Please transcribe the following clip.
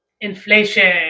Inflation